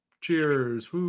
Cheers